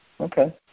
Okay